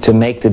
to make the